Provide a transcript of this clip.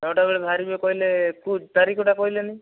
ନଅଟା ବେଳେ ବାହାରିବେ କହିଲେ କେଉଁ ତାରିଖଟା କହିଲେନି